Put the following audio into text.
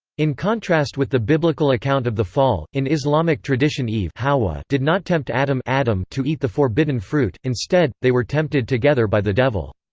in contrast with the biblical account of the fall, in islamic tradition eve ah did not tempt adam adam to eat the forbidden fruit instead, they were tempted together by the devil.